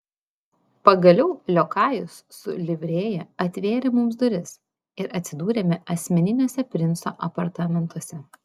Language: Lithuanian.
pagaliau liokajus su livrėja atvėrė mums duris ir atsidūrėme asmeniniuose princo apartamentuose